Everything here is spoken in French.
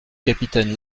capitaine